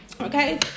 Okay